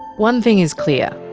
one thing is clear.